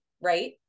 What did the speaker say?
right